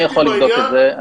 אני יכול לבדוק את זה,